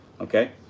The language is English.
Okay